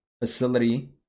facility